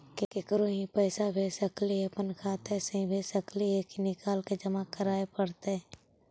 केकरो ही पैसा भेजे ल अपने खाता से ही भेज सकली हे की निकाल के जमा कराए पड़तइ?